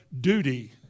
duty